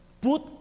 put